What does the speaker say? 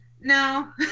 no